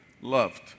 loved